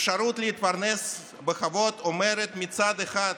אפשרות להתפרנס בכבוד אומרת שמצד אחד